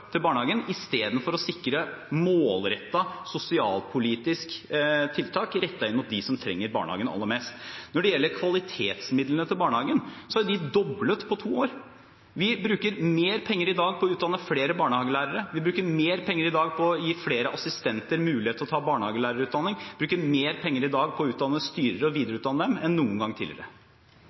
barnehagen, enn å sikre sosialpolitiske tiltak rettet inn mot dem som trenger barnehageplass aller mest. Når det gjelder kvalitetsmidlene til barnehagen, er de doblet på to år. Vi bruker mer penger i dag på å utdanne flere barnehagelærere. Vi bruker mer penger i dag på å gi flere assistenter mulighet til å ta barnehagelærerutdanning. Vi bruker mer penger i dag på å utdanne styrere og å videreutdanne dem enn noen gang tidligere.